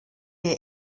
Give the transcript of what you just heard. est